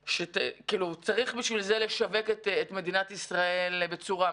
שצריך בשביל זה לשווק את מדינת ישראל בצורה מסוימת.